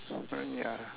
ah ya